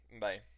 Bye